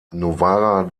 novara